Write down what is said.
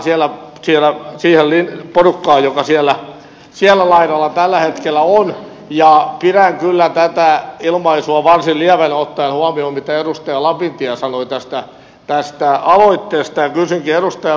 viittasin vain siihen porukkaan joka sillä laidalla tällä hetkellä on ja pidän kyllä tätä ilmaisua varsin lievänä ottaen huomioon mitä edustaja lapintie sanoi tästä aloitteesta